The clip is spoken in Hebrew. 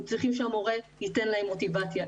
הם צריכים שהמורה ייתן להם מוטיבציה,